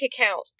account